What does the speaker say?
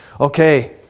Okay